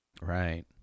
Right